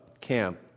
camp